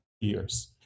years